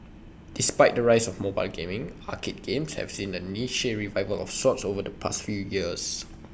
despite the rise of mobile gaming arcade games have seen A niche revival of sorts over the past few years